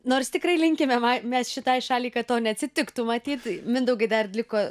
nors tikrai linkime mai mes šitai šaliai kad to neatsitiktų matyt mindaugai dar liko